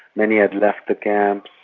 many had left the camps.